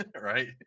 Right